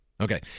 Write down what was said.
Okay